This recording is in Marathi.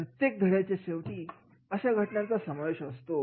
प्रत्येक धड्याच्या शेवटी अशा घटनांचा समावेश असतो